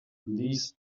these